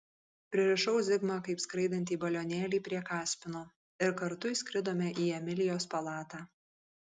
pririšau zigmą kaip skraidantį balionėlį prie kaspino ir kartu įskridome į emilijos palatą